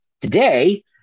today